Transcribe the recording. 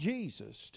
Jesus